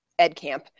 EdCamp